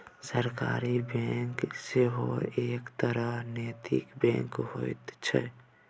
सहकारी बैंक सेहो एक तरहक नैतिक बैंक होइत छै